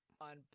on